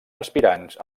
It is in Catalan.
aspirants